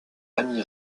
amy